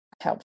Help